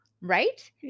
Right